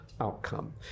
outcome